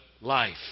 life